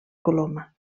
coloma